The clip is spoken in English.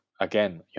again